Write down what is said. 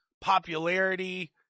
popularity